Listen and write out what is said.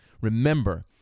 Remember